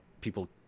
people